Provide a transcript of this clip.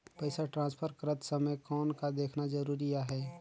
पइसा ट्रांसफर करत समय कौन का देखना ज़रूरी आहे?